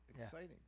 exciting